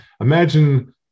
Imagine